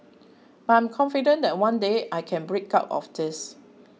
but I am confident that one day I can break out of this